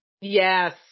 yes